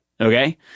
Okay